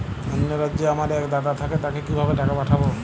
অন্য রাজ্যে আমার এক দাদা থাকে তাকে কিভাবে টাকা পাঠাবো?